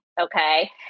Okay